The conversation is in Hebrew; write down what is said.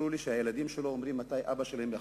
וסיפרו לי שהילדים שלו שואלים מתי אבא שלהם יחזור.